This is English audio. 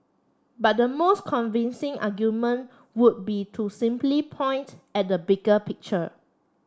but the most convincing argument would be to simply point at the bigger picture